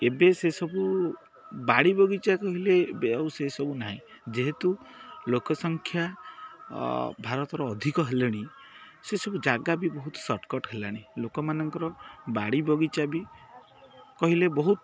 ଏବେ ସେସବୁ ବାଡ଼ି ବଗିଚା କହିଲେ ଏବେ ଆଉ ସେସବୁ ନାହିଁ ଯେହେତୁ ଲୋକ ସଂଖ୍ୟା ଭାରତର ଅଧିକ ହେଲେଣି ସେସବୁ ଜାଗା ବି ବହୁତ ସର୍ଟ୍କର୍ଟ୍ ହେଲାଣି ଲୋକମାନଙ୍କର ବାଡ଼ି ବଗିଚା ବି କହିଲେ ବହୁତ